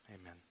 amen